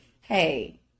Hey